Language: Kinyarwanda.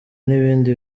n’ibindi